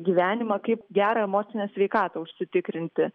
gyvenimą kaip gerą emocinę sveikatą užsitikrinti